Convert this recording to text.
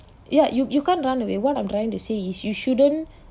ya you you can't run away what I'm trying to say is you shouldn't